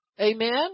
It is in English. amen